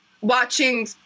watching